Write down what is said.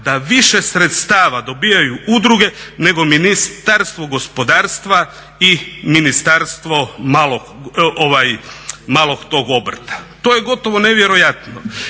da više sredstava dobivaju udruge nego Ministarstvo gospodarstva i Ministarstvo malog tog obrta. To je gotovo nevjerojatno.